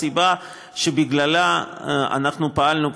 הסיבה לכך שאנחנו פעלנו,